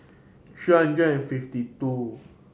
three hundred and fifty two